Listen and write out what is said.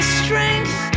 strength